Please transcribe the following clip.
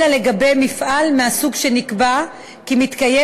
אלא לגבי מפעל מהסוג שנקבע כי מתקיים